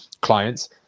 clients